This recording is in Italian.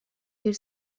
per